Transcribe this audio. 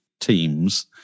teams